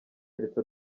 keretse